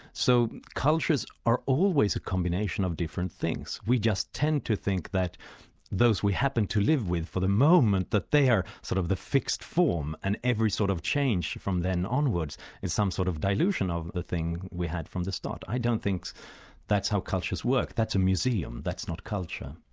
so cultures are always a combination of different things. we just tend to think that those we happen to live with for the moment, that they're sort of the fixed form and every sort of change from then onwards is some sort of dilution of the thing we had from the start. i don't think that's how cultures work, that's a museum, that's not culture.